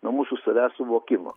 nuo mūsų savęs suvokimo